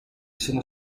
sono